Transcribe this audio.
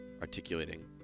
articulating